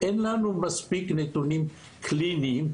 אין לנו מספיק נתונים קליניים,